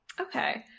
okay